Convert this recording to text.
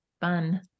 fun